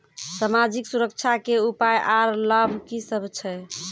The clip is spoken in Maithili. समाजिक सुरक्षा के उपाय आर लाभ की सभ छै?